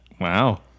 wow